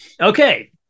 Okay